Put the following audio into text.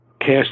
cast